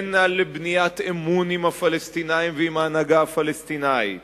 בין על בניית אמון עם הפלסטינים ועם ההנהגה הפלסטינית